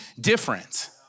different